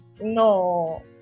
no